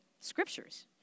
Scriptures